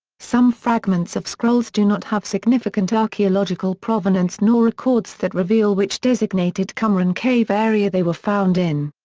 some fragments of scrolls do not have significant archaeological provenance nor records that reveal which designated qumran cave area they were found in.